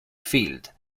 field